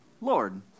Lord